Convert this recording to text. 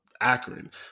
Akron